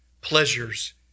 pleasures